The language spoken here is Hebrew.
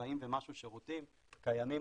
ה-40 ומשהו שירותים קיימים,